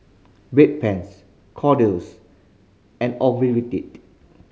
Bedpans Kordel's and Ocuvite